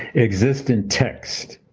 exist in text.